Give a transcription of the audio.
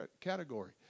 category